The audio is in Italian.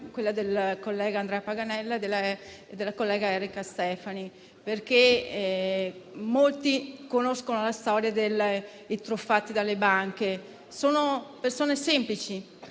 quella del collega Paganella e della collega Erika Stefani. Molti conoscono la storia dei truffati dalle banche. Sono persone semplici,